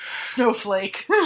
Snowflake